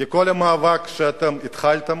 כי כל המאבק שאתם התחלתם,